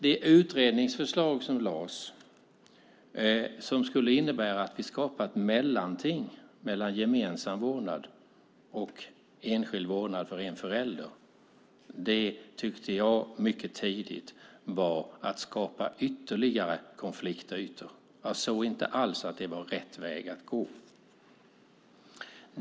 Det utredningsförslag som lades fram, som skulle innebära att vi skapar ett mellanting mellan gemensam vårdnad och enskild vårdnad för en förälder, tyckte jag mycket tidigt var att skapa ytterligare konfliktytor. Jag såg det inte alls som rätt väg att gå.